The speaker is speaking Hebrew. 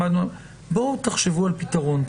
תחשבו על פתרון.